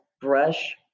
Brush